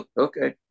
Okay